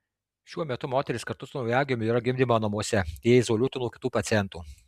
šiuo metu moteris kartu su naujagimiu yra gimdymo namuose jie izoliuoti nuo kitų pacientų